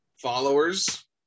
followers